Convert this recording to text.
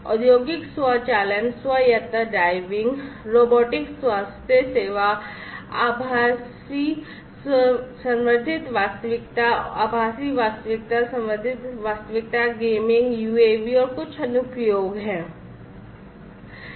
औद्योगिक स्वचालन स्वायत्त ड्राइविंग रोबोटिक्स स्वास्थ्य सेवा आभासी संवर्धित वास्तविकता आभासी वास्तविकता संवर्धित वास्तविकता गेमिंग यूएवी और कुछ अनुप्रयोग है